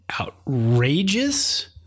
outrageous